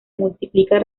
multiplica